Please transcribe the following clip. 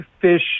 fish